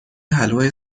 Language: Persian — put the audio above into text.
حلوای